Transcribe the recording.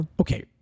Okay